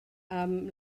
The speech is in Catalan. amb